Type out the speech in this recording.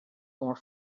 more